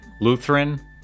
Lutheran